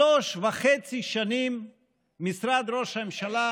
שלוש וחצי שנים משרד ראש הממשלה,